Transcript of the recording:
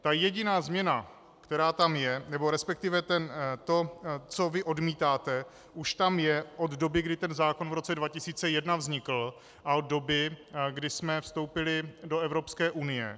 Ta jediná změna, která tam je, respektive to, co vy odmítáte, už tam je od doby, kdy ten zákon v roce 2001 vznikl, a od doby, kdy jsme vstoupili do Evropské unie.